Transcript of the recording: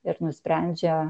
ir nusprendžia